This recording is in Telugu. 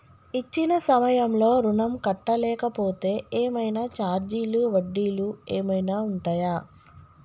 ఇచ్చిన సమయంలో ఋణం కట్టలేకపోతే ఏమైనా ఛార్జీలు వడ్డీలు ఏమైనా ఉంటయా?